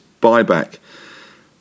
buyback